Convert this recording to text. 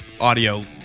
audio